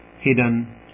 hidden